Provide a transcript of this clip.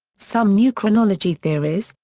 some new chronology theories,